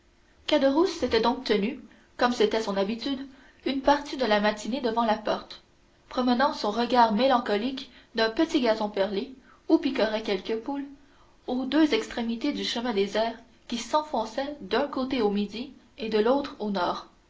une spéculation caderousse s'était donc tenu comme c'était son habitude une partie de la matinée devant la porte promenant son regard mélancolique d'un petit gazon pelé où picoraient quelques poules aux deux extrémités du chemin désert qui s'enfonçait d'un côté au midi et de l'autre au nord